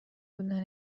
بودن